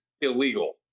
illegal